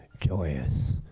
joyous